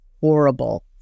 horrible